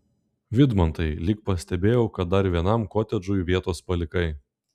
vidmantai lyg pastebėjau kad dar vienam kotedžui vietos palikai